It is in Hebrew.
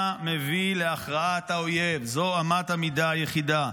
מה מביא להכרעת האויב, זו אמת המידה היחידה.